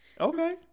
Okay